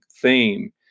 theme